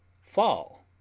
FALL